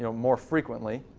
you know more frequently.